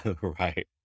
Right